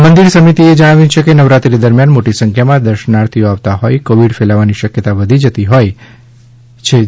મંદિર સમિતિએ જણાવ્યુ છે કે નવરાત્રી દરમિયાન મોટી સંખ્યામાં દર્શનાર્થીઓ આવતા હોઇ કોવિડ ફેલાવવાની શકયતા વધી જતી હોયછે